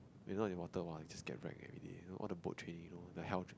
you know in water !wah! you just get wreck everyday you know all the boat training you know all the hell